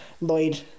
Lloyd